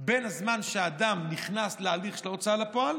ובין הזמן שהאדם נכנס להליך של ההוצאה לפועל